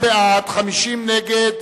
בעד, 2, נגד,